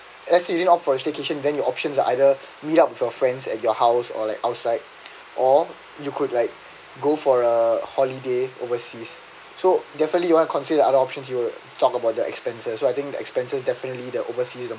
as you didn't offer a staycation then your options are either meet up with your friends at your house or like outside or you could like go for a holiday overseas so definitely you want consider other options you will talk about their expenses so I think the expenses definitely there overseas